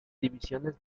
divisiones